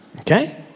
Okay